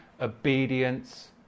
obedience